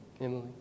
Emily